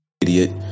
idiot